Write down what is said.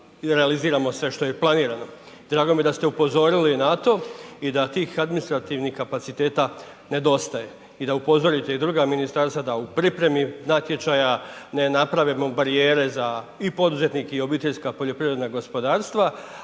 izrealiziramo sve što je planirano. Drago mi je da ste upozorili na to i da tih administrativnih kapaciteta nedostaje i da upozorite i druga ministarstva da u pripremi natječaja ne napravimo barijere za i poduzetnike i obiteljska poljoprivredna gospodarstva,